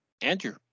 Andrew